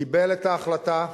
קיבל את ההחלטה,